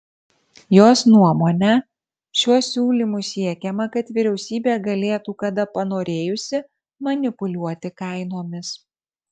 jos nuomone šiuo siūlymu siekiama kad vyriausybė galėtų kada panorėjusi manipuliuoti kainomis